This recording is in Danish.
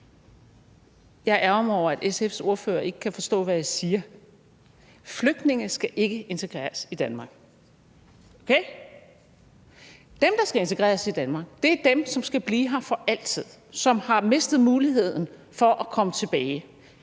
Jeg ærgrer mig over, at at SF's ordfører ikke kan forstå, hvad jeg siger. Flygtninge skal ikke integreres i Danmark, okay? Dem, der skal integreres i Danmark, er dem, som skal blive her for altid, som har mistet muligheden for at komme tilbage.